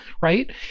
right